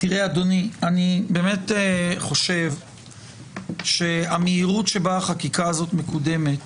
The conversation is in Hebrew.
אני חושב שהמהירות בה החקיקה הזאת מקודמת